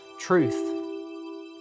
truth